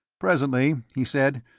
presently, he said,